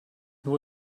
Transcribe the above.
nur